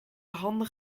handig